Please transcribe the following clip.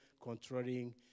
controlling